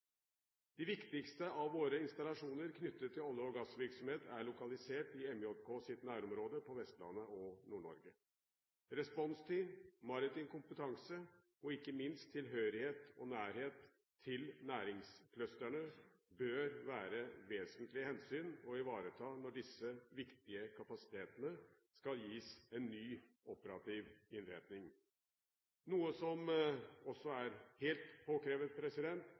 De viktigste av våre installasjoner knyttet til olje- og gassvirksomhet er lokalisert i MJKs nærområde på Vestlandet og i Nord-Norge. Responstid, maritim kompetanse og ikke minst tilhørighet og nærhet til næringsclusterne bør være vesentlige hensyn å ivareta når disse viktige kapasitetene skal gis en ny operativ innretning, noe som også er helt